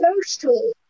social